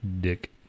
dick